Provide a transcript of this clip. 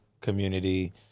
community